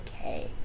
okay